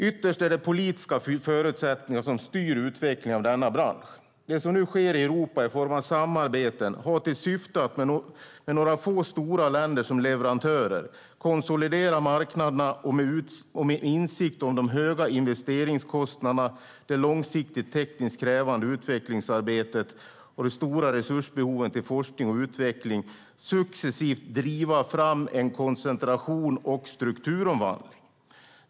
Ytterst är det politiska förutsättningar som styr utvecklingen av denna bransch. Det som nu sker i Europa i form av samarbeten har till syfte att med några få stora länder som leverantörer konsolidera marknaderna och med insikt om de höga investeringskostnaderna, det långsiktigt tekniskt krävande utvecklingsarbetet och de stora resursbehoven till forskning och utveckling successivt driva fram en koncentration och en strukturomvandling.